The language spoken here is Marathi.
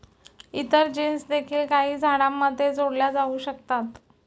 इतर जीन्स देखील काही झाडांमध्ये जोडल्या जाऊ शकतात